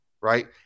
right